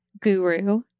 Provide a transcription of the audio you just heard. guru